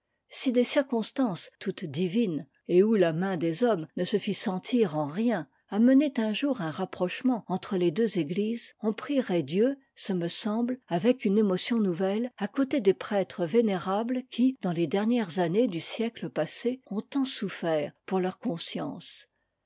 si des circonstances toutes divines et où la main des hommes ne se fit sentir en rien amenaient un jour un rapprochement entre les deux églises on prierait dieu ce me semble avec une émotion nouvelle à côté des prêtres vénérables qui dans les dernières années du siècle passé ont tant souffert pour leur conscience